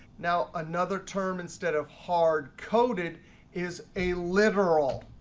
now another term instead of hard coded is a literal.